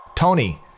Tony